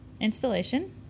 installation